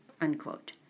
unquote